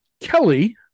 Kelly